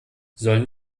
sollen